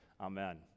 Amen